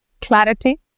Clarity